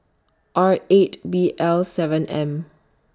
R eight B L seven M